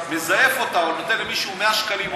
מזייף אותה או נותן למישהו 100 שקלים,